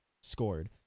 scored